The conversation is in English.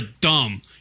dumb